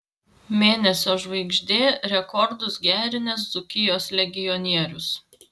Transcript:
mėnesio žvaigždė rekordus gerinęs dzūkijos legionierius